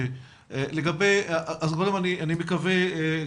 קודם כל אני מקווה,